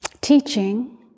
teaching